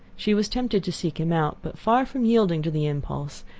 she was tempted to seek him out. but far from yielding to the impulse,